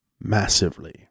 massively